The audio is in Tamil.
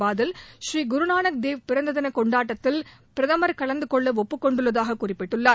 பாதல் பூரீ குருநானக் தேவ் பிறந்த தின கொண்டாட்டத்தில் பிரதமர் கலந்து கொள்ள ஒப்புக் கொண்டுள்ளதாக குறிப்பிட்டுள்ளார்